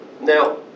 Now